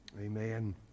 Amen